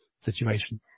situation